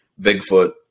Bigfoot